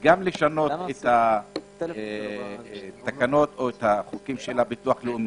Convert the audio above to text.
גם לשנות את התקנות או את החוקים של הביטוח הלאומי,